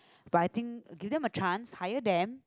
but I think give them a chance hire them